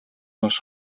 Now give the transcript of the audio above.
хойш